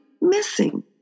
missing